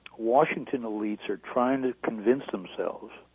washington elite you're trying to convince themselves